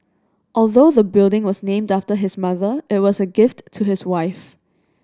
although the building was named after his mother it was a gift to his wife